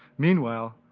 meanwhile,